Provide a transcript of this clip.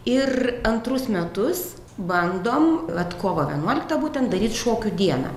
ir antrus metus bandom vat kovo vienuoliktą būtent daryt šokių dieną